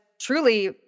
truly